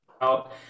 out